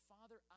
Father